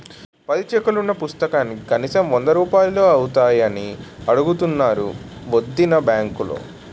పది చెక్కులున్న పుస్తకానికి కనీసం వందరూపాయలు అవుతాయని అడుగుతున్నారు వొదినా బాంకులో